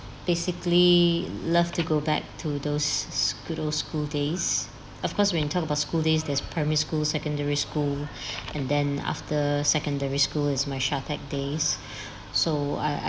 basically love to go back to those school those school days of course when you talk about school days there's primary school secondary school and then after secondary school is my Shatec days so I